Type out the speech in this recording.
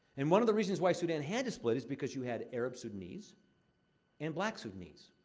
and one of the reasons why sudan had to split is because you had arab sudanese and black sudanese.